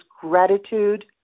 gratitude